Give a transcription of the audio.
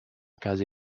casa